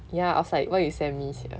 ya I was like why you send me sia